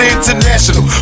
International